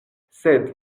sed